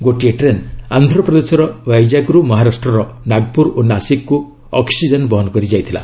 ଗୋଟିଏ ଟ୍ରେନ୍ ଆନ୍ଧ୍ରପ୍ରଦେଶର ବାଇଜାଗ୍ରୁ ମହାରାଷ୍ଟ୍ରର ନାଗପୁର ଓ ନାଶିକ୍କୁ ଅକ୍ସିଜେନ୍ ବହନ କରିଯାଇଥିଲା